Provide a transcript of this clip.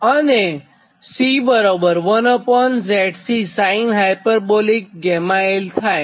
તો 1ZC YZ થાય